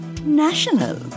national